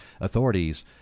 Authorities